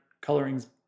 colorings